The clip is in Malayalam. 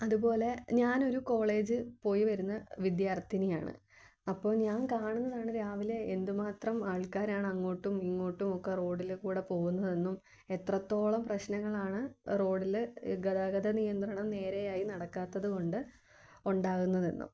അതുപോലെ ഞാനൊരു കോളേജ് പോയിവരുന്ന വിദ്യാർത്ഥിനിയാണ് അപ്പോൾ ഞാൻ കാണുന്നതാണ് രാവിലെ എന്തുമാത്രം ആൾക്കാരാണങ്ങോട്ടും ഇങ്ങോട്ടുവൊക്കെ റോഡിലൂടെ പോവുന്നതെന്നും എത്രത്തോളം പ്രശ്നങ്ങളാണ് റോഡിൽ ഗതാഗത നിയന്ത്രണം നേരെയായി നടക്കാത്തതുകൊണ്ട് ഉണ്ടാകുന്നതെന്നും